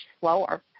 slower